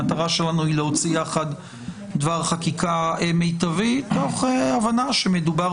המטרה שלנו היא להוציא יחד דבר חקיקה מיטבי תוך הבנה שמדובר